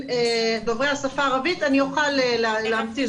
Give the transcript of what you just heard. דוברי השפה הערבית אני אוכל להביא,